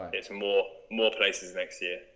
it's more more places next year,